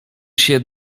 się